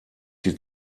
die